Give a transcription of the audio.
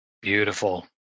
Beautiful